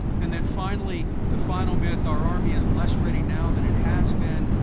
and then, finally, the final myth, our army is less ready now than it has been.